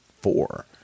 four